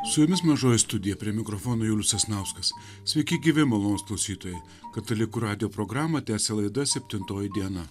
su jumis mažoji studija prie mikrofono julius sasnauskas sveiki gyvi malonūs klausytojai katalikų radijo programą tęsė laida septintoji diena